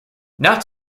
not